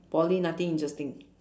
poly nothing interesting